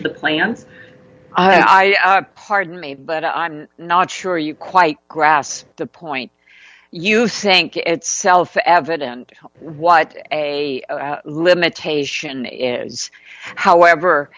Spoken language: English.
to the plants i pardon me but i'm not sure you quite grasp the point you think it's self evident what a limitation is however